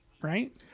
Right